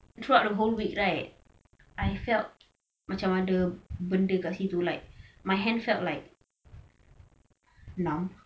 throughout the whole week right I felt macam ada benda kat situ like my hand felt like numb